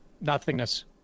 nothingness